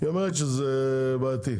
היא אומרת שזה בעייתי.